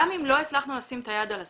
גם אם לא הצלחנו לשים את היד על הסם,